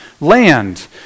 land